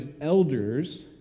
elders